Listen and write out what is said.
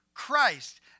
Christ